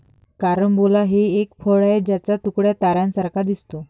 carambola हे एक फळ आहे ज्याचा तुकडा ताऱ्यांसारखा दिसतो